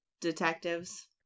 detectives